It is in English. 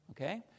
Okay